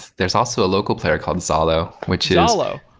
there's also a local player called zalo, which is zalo.